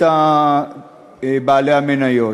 בתחתית בעלי המניות.